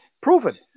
proven